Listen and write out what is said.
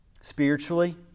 Spiritually